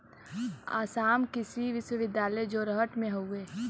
आसाम कृषि विश्वविद्यालय जोरहट में हउवे